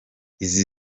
izi